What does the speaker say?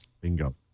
Bingo